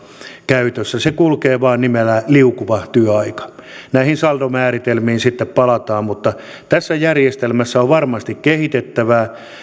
käytössä se kulkee vain nimellä liukuva työaika näihin saldomääritelmiin sitten palataan mutta tässä järjestelmässä on varmasti kehitettävää